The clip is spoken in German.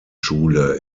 schule